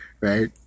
Right